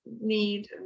need